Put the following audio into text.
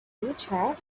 ceuta